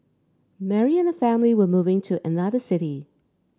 Mary and her family were moving to another city